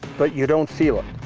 but you don't feel it.